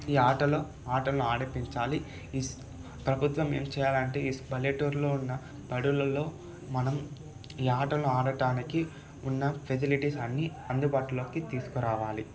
ఈ ఆటలు ఆటలు ఆడిపించాలి ఈ ప్రభుత్వం ఏం చేయాలి అంటే ఈ పల్లెటూర్లో ఉన్న బడులలో మనం ఈ ఆటలు ఆడటానికి ఉన్న ఫెసిలిటీస్ అన్నీ అందుబాటులోకి తీసుకు రావాలి